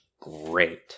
great